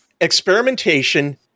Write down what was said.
Experimentation